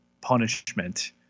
punishment